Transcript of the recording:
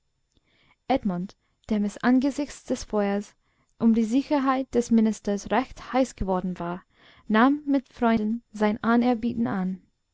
edmund dem es angesichts des feuers um die sicherheit des ministers recht heiß geworden war nahm mit freuden sein anerbieten an